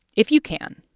if you can,